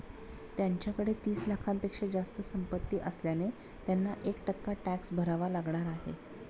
त्यांच्याकडे तीस लाखांपेक्षा जास्त संपत्ती असल्याने त्यांना एक टक्का टॅक्स भरावा लागणार आहे